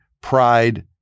pride